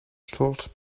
sols